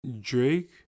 Drake